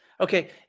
Okay